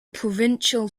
provincial